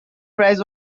prize